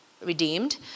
redeemed